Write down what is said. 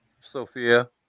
Sophia